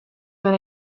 been